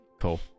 cool